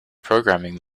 programming